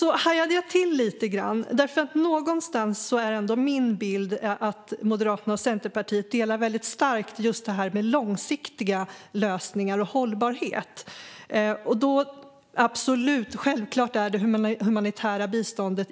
Jag hajade till lite grann. Min bild är ändå att Moderaterna och Centerpartiet verkligen håller med varandra när det gäller just långsiktiga lösningar och hållbarhet. Självklart är det humanitära biståndet